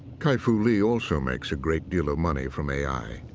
kai-fu lee also makes a great deal of money from a i.